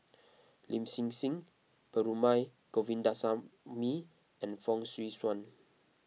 Lin Hsin Hsin Perumal Govindaswamy and Fong Swee Suan